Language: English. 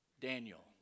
Daniel